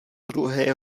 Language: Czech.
druhé